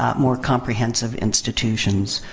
ah more comprehensive institutions.